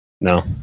no